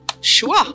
Sure